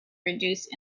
reduce